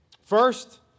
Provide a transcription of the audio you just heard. First